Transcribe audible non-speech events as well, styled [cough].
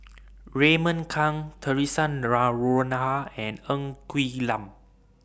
[noise] Raymond Kang Theresa Noronha and Ng Quee Lam